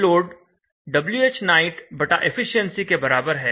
Whload Whnight बटा efficiency के बराबर है